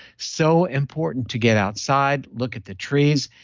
so important to get outside, look at the trees.